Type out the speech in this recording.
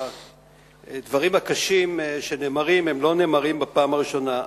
והדברים הקשים שנאמרים לא נאמרים בפעם הראשונה,